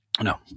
No